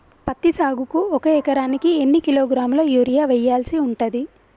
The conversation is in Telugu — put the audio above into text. పత్తి సాగుకు ఒక ఎకరానికి ఎన్ని కిలోగ్రాముల యూరియా వెయ్యాల్సి ఉంటది?